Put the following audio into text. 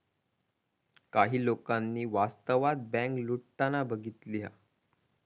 काही लोकांनी वास्तवात बँक लुटताना बघितला हा